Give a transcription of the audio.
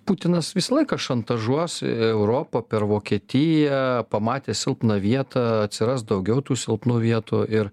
putinas visą laiką šantažuos europą per vokietiją pamatė silpną vietą atsiras daugiau tų silpnų vietų ir